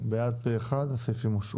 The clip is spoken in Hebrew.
מי בעד הסעיפים ירים את ידו?